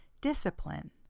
Discipline